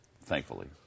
thankfully